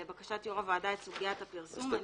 לבקשת יו"ר הוועדה, את סוגית הפרסום.